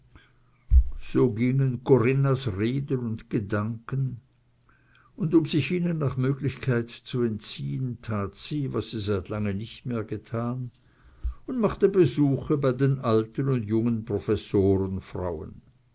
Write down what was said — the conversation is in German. so gingen corinnas reden und gedanken und um sich ihnen nach möglichkeit zu entziehen tat sie was sie seit lange nicht mehr getan und machte besuche bei den alten und jungen